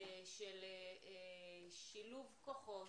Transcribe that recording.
של שילוב כוחות,